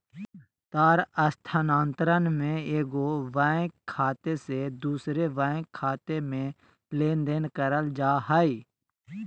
तार स्थानांतरण में एगो बैंक खाते से दूसर बैंक खाते में लेनदेन करल जा हइ